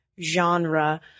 genre